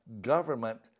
government